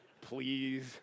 Please